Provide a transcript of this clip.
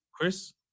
Chris